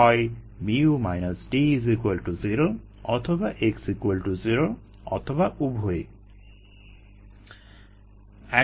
হয় 0 অথবা x 0 অথবা উভয়ই